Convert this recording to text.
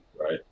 right